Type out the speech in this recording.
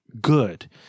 good